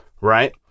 right